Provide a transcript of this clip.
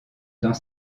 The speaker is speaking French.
dans